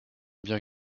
bien